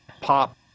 pop